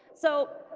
so